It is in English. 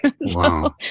Wow